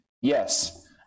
yes